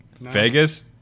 Vegas